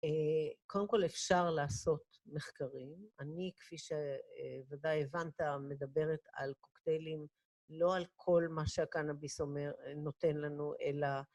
קודם כל אפשר לעשות מחקרים. אני, כפי שוודאי הבנת, מדברת על קוקטיילים, לא על כל מה שהקנאביס אומר... נותן לנו, אלא